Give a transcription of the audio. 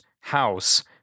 house